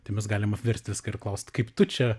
tai mes galim apverst viską ir klaust kaip tu čia